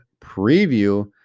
preview